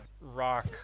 rock